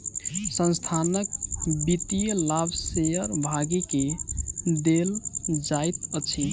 संस्थानक वित्तीय लाभ शेयर भागी के देल जाइत अछि